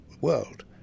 world